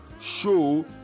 Show